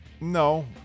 No